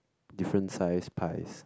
different size pies